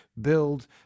build